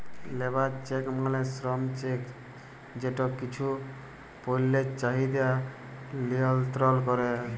labour check মালে শ্রম check যেট কিছু পল্যের চাহিদা লিয়লত্রল ক্যরে